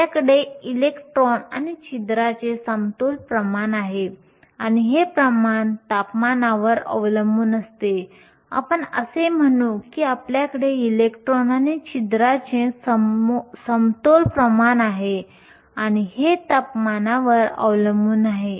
आपल्याकडे इलेक्ट्रॉन आणि छिद्रांचे समतोल प्रमाण आहे आणि हे प्रमाण तापमानावर अवलंबून असते आपण असे म्हणू की आपल्याकडे इलेक्ट्रॉन आणि छिद्रांचे समतोल प्रमाण आहे आणि हे तापमानावर अवलंबून आहे